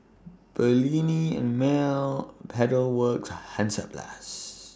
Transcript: Perllini and Mel Pedal Works and Hansaplast